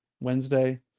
wednesday